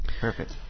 Perfect